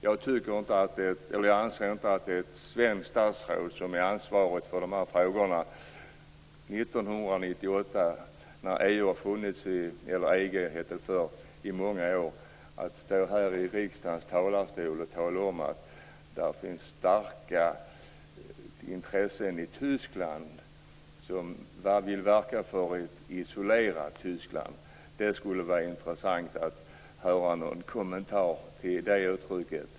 Det skulle vara intressant att höra någon kommentar när det gäller detta med att ett svenskt statsråd med ansvar för de här frågorna 1998 - när EG, som det förr hette, funnits i många år - står här i riksdagens talarstol och talar om att det finns starka intressen i Tyskland som vill verka för ett isolerat Tyskland.